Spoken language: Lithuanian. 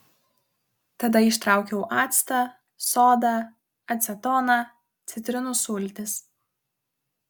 tada ištraukiau actą sodą acetoną citrinų sultis